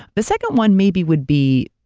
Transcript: the second one maybe would be,